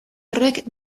horrek